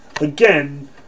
Again